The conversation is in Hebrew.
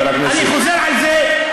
אני חוזר על זה.